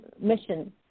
mission